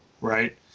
Right